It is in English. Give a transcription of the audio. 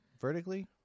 vertically